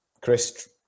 Chris